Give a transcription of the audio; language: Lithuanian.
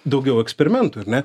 daugiau eksperimentų ar ne